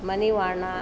ಮನೆವಾರ್ಣ